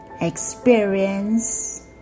Experience